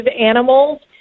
animals